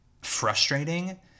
frustrating